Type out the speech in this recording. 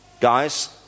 guys